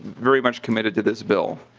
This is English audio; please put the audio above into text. very much committed to this bill.